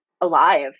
alive